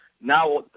Now